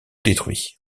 détruit